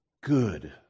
good